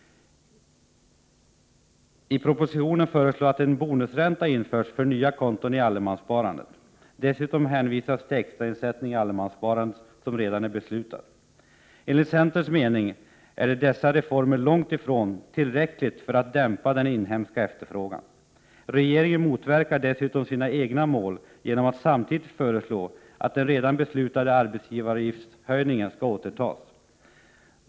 I propositionen föreslås att en bonusränta införs för nya konton i allemanssparandet. Dessutom hänvisas till den extrainsättning i allemanssparandet som redan är beslutad. Enligt centerpartiets mening är dessa reformer långt ifrån tillräckliga för att dämpa den inhemska efterfrågan. Regeringen motverkar dessutom sina egna mål genom att samtidigt föreslå att den redan beslutade arbetsgivaravgiftshöjningen skall återtas.